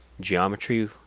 Geometry